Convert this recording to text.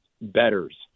betters